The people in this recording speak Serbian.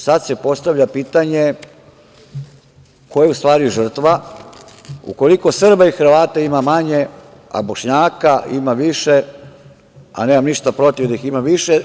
Sad se postavlja pitanje - ko je u stvari žrtva, ukoliko Srba i Hrvata ima manje, a Bošnjaka ima više, a nemam ništa protiv što ih ima više?